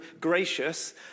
gracious